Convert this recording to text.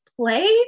play